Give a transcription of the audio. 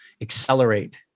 accelerate